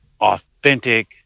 authentic